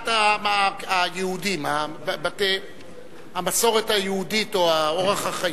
עמדת היהודים, המסורת היהודית, או אורח החיים.